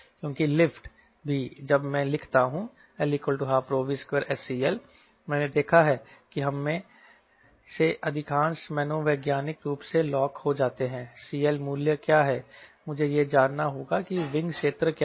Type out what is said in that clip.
क्योंकि लिफ्ट भी जब मैं लिखता हूं L12V2SCL मैंने देखा है कि हममें से अधिकांश मनोवैज्ञानिक रूप से लॉक हो जाते हैं CL मूल्य क्या है मुझे यह जानना होगा कि विंग क्षेत्र क्या है